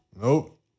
Nope